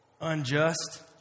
unjust